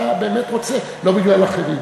אתה באמת רוצה, לא בגלל אחרים.